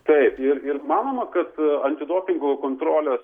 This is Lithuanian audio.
taip ir manoma kad antidopingo kontrolės